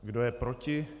Kdo je proti?